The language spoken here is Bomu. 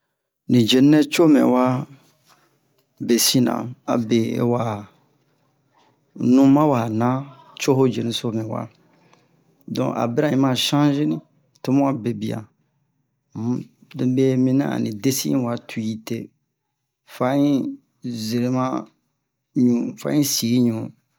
ni jenu nɛ co mɛwa besinna abe awa nu mawa man co ho jenuso mɛwa donc a bira in ma changer nin tomu a bebian um donc me minian ani desi in wa tu'ite fa in jerema ɲu fa in sii ɲu